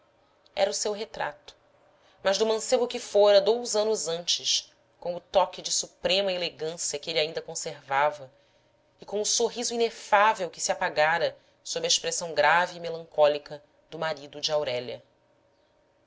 era o seu retrato mas do mancebo que fora dous anos antes com o toque de surpema elegância que ele ainda conservava e com o sorriso inefável que se apagara sob a expressão grave e melancólica do marido de aurélia